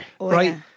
Right